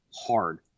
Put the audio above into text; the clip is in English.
hard